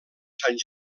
sant